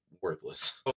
worthless